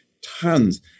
tons